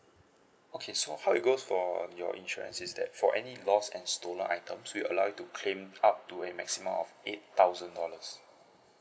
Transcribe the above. okay so how it goes for your insurance is that for any lost and stolen items we allow you to claim up to a maximum of eight thousand dollars